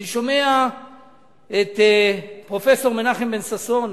אני שומע את פרופסור מנחם בן-ששון,